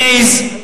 מי העז?